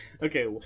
Okay